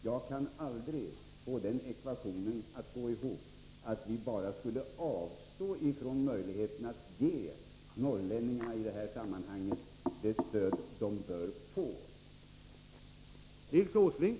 Jag kan aldrig få den ekvationen att gå ihop att vi bara skulle avstå från möjligheten att ge norrlänningarna det stöd som de bör få i detta sammanhang.